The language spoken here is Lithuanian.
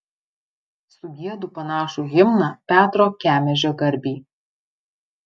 sugiedu panašų himną petro kemežio garbei